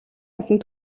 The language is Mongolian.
амьтан